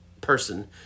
person